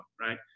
right